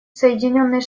соединенные